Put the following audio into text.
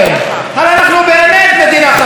אנחנו באמת מדינה דמוקרטית.